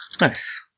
Nice